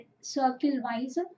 circle-wise